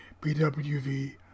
BWV